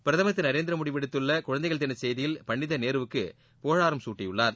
பிரதமர் திரு நரேந்திர மோடி விடுத்துள்ள குழந்தைகள் தின செய்தியில் பண்டித நேருவுக்கு புகழாரம் சூட்டியுள்ளார்